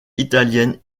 italienne